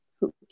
hoops